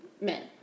men